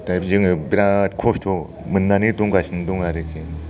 दा जोङो बेराथ खस्थ' मोन्नानै दंगासिनो दं आरोखि